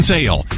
Sale